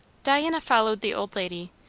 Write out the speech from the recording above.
diana followed the old lady,